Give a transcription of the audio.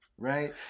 Right